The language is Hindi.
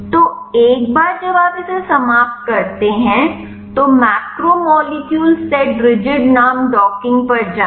तो एक बार जब आप इसे समाप्त करते हैं तो मैक्रोमोलेक्यूल सेट रिजिड नाम डॉकिंग पर जाएं